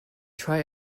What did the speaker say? try